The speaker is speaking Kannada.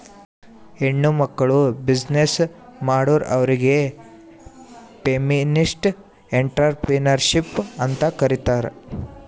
ಹೆಣ್ಮಕ್ಕುಳ್ ಬಿಸಿನ್ನೆಸ್ ಮಾಡುರ್ ಅವ್ರಿಗ ಫೆಮಿನಿಸ್ಟ್ ಎಂಟ್ರರ್ಪ್ರಿನರ್ಶಿಪ್ ಅಂತ್ ಕರೀತಾರ್